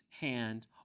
hand